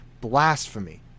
blasphemy